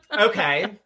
Okay